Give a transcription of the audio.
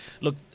look